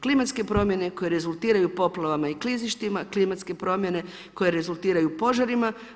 Klimatske promjene koje rezultiraju poplavama i klizištima, klimatske promjene koje rezultiraju požarima.